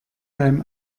beim